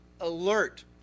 alert